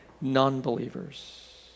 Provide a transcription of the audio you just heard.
non-believers